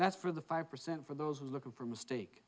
that's for the five percent for those who are looking for a mistake